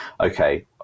okay